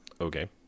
Okay